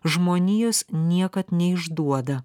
žmonijos niekad neišduoda